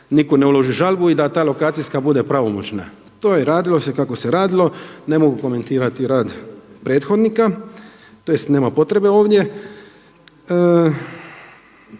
nitko ne uloži žalbu i da ta lokacijska bude pravomoćna. To je radilo se kako se radilo, ne mogu komentirati rad prethodnika, tj. nema potrebe ovdje.